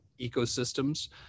ecosystems